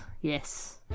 Yes